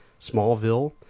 Smallville